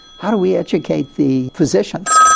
how do we educate the physicians?